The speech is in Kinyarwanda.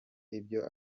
ibyo